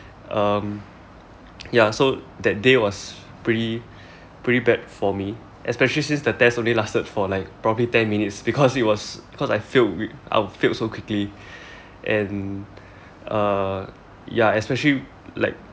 um ya so that day was pretty pretty bad for me especially since the test only lasted for like probably ten minutes because it was because I failed I failed so quickly and uh ya especially like